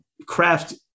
Craft